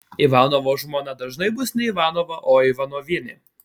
ivanovo žmona dažnai bus ne ivanova o ivanovienė